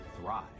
thrive